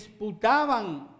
disputaban